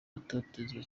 atotezwa